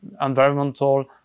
environmental